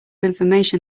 information